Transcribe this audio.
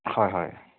হয় হয়